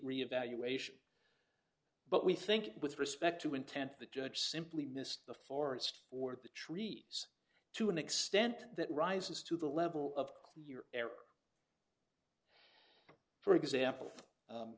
re evaluation but we think with respect to intent the judge simply missed the forest for the trees to an extent that rises to the level of your error for example